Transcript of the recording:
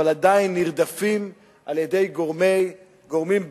אבל עדיין נרדפים על-ידי גורמים בין-לאומיים,